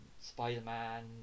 spider-man